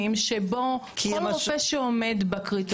שבהם כל רופא שעומד בקריטריונים ייכנס?